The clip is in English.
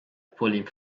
pulling